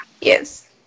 Yes